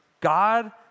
God